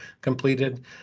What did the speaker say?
completed